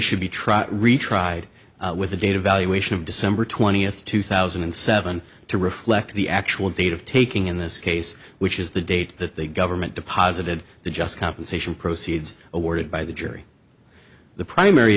should be trot retried with the data valuation of december twentieth two thousand and seven to reflect the actual date of taking in this case which is the date that the government deposited the just compensation proceeds awarded by the jury the primary